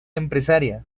empresaria